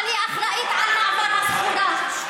אבל היא אחראית על מעבר הסחורה,